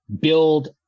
build